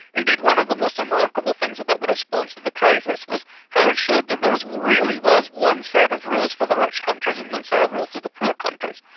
indeed one of the most remarkable things about the response to the crisis was how it showed that there really was one set of rules for the rich countries and one set of rules for the poor countries.